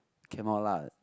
cannot lah